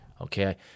Okay